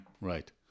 Right